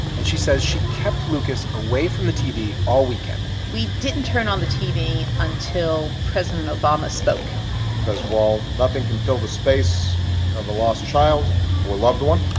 and she says she kept lucas away from the tv all weekend we didn't turn on the tv until president obama spoke because while nothing can fill the space of a lost child or a loved one,